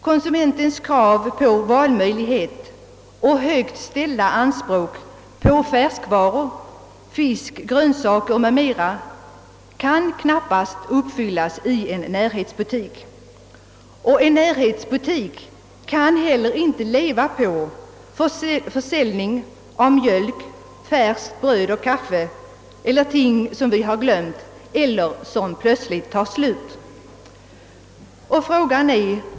Konsumentens krav på valmöjlighet och högt ställda anspråk på färskvaror — fisk, grönsaker m.m. — kan knappast uppfyllas i en närhetsbutik. En närhetsbutik kan inte heller leva på försäljning av mjölk, färskt bröd och kaffe eller ting som vi har glömt att köpa hem eller som plötsligt tagit slut för OSS.